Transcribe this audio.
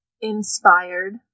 inspired